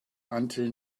until